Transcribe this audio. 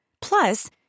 Plus